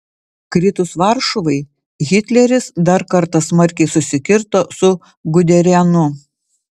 kritus varšuvai hitleris dar kartą smarkiai susikirto su guderianu